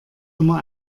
immer